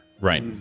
Right